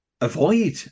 avoid